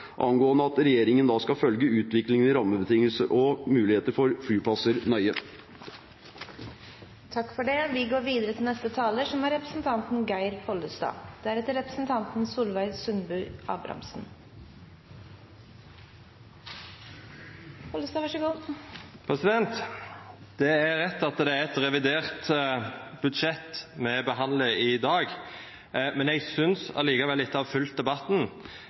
om at regjeringen skal følge utviklingen i rammebetingelser og muligheter for flyplasser nøye. Det er rett at det er eit revidert budsjett me behandlar i dag, men etter å ha følgt debatten